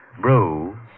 brew